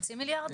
חצי מיליארד?